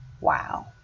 Wow